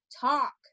talk